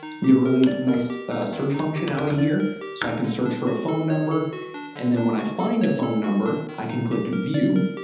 we have a really nice search functionality here, so i can search for a phone number and then when i find the phone number, i can click view.